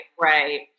right